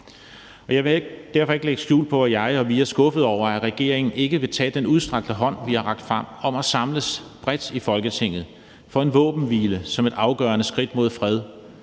Jeg vil derfor ikke lægge skjul på, at jeg og vi er skuffede over, at regeringen ikke vil tage imod den udstrakte hånd, vi har rakt frem, om at samles bredt i Folketinget for en våbenhvile som et afgørende skridt mod fred,